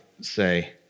say